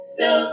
no